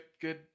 good